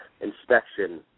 Inspection